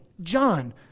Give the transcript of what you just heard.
John